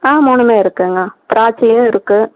ஆ மூணுமே இருக்குங்க திராட்சையும் இருக்கு